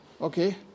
okay